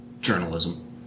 journalism